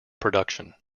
production